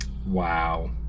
Wow